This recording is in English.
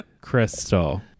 Crystal